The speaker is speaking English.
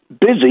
busy